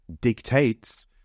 dictates